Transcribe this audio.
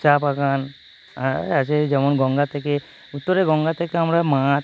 চা বাগান আর আছে যেমন গঙ্গা থেকে উত্তরে গঙ্গা থেকে আমরা মাছ